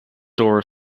door